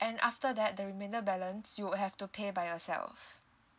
and after that the remainder balance you would have to pay by yourself